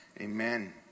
amen